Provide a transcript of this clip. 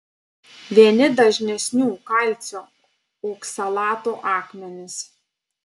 vieni dažnesnių kalcio oksalato akmenys